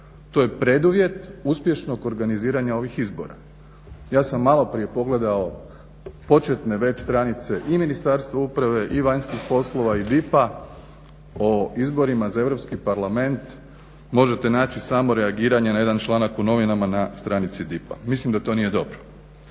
To je preduvjet uspješnog organiziranja ovih izbora. Ja sam maloprije pogledao početne web stranice i Ministarstva uprave i vanjskih poslova i DIP-a o izborima za Europski parlament možete naći samo reagiranje na jedan članak u novinama na stranici DIP-a. Mislim da to nije dobro.